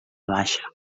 baixa